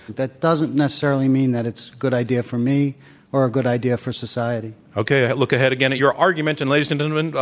that doesn't necessarily mean that it's a good idea for me or a good idea for society. okay, a look ahead again at your argument. and, ladies and gentlemen,